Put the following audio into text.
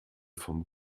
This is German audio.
vom